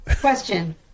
Question